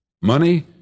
Money